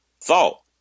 thought